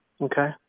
Okay